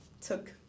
took